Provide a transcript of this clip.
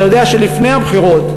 אתה יודע שלפני הבחירות,